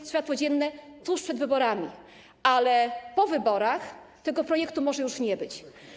światło dzienne tuż przed wyborami, ale po wyborach tego projektu może już nie być.